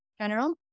general